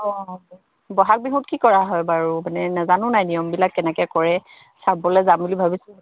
অঁ বহাগ বিহুত কি কৰা হয় বাৰু মানে নাজানো নাই নিয়মবিলাক কেনেকৈ কৰে চাবলৈ যাম বুলি ভাবিছোঁহে